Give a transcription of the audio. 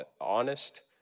honest